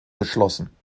geschlossen